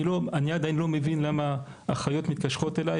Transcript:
אני עדיין לא מבין למה אחיות מתקשרות אליי,